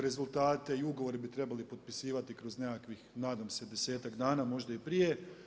Rezultate i ugovore bi trebali potpisivati kroz nekakvih nadam se 10-ak dana možda i prije.